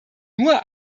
nur